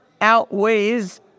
Outweighs